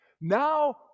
now